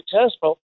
successful